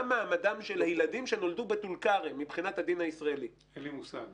מבחינת הדין הישראלי